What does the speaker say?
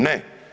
Ne.